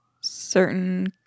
certain